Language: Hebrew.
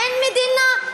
אין מדינה,